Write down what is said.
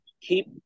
keep